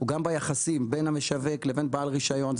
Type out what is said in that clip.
הוא גם ביחסים בין המשווק לבין בעל רישיון.